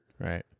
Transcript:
Right